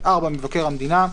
(4)מבקר המדינה,